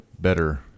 better